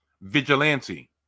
Vigilante